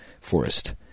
forest